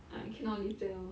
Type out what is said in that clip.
I cannot live there oh